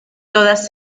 todas